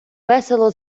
весело